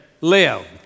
live